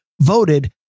voted